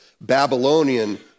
Babylonian